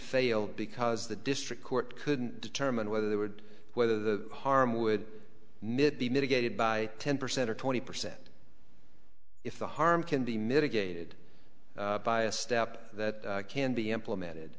failed because the district court couldn't determine whether there would whether the harm would be mitigated by ten percent or twenty percent if the harm can be mitigated by a step that can be implemented